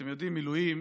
אתם יודעים, מילואים